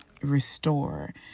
restore